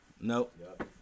Nope